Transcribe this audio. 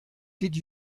did